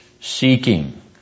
seeking